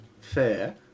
fair